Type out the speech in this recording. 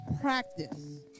practice